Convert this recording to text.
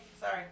Sorry